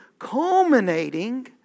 culminating